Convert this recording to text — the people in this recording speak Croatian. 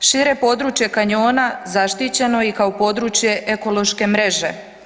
Šire područje kanjona zaštićeno je i kao područje ekološke mreže.